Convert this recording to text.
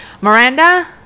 miranda